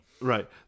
Right